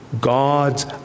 God's